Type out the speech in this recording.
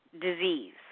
disease